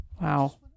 wow